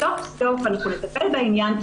סוף סוף אנחנו נטפל בעניין,